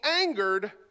angered